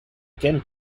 again